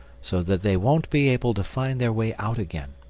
so that they won't be able to find their way out again.